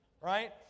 right